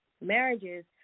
marriages